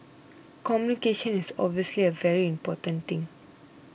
communication is obviously a very important thing